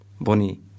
Boni